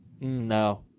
No